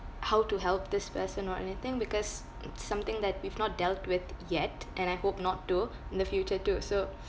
how to help this person or anything because it's something that we've not dealt with yet and I hope not to in the future too so